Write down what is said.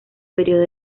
periodo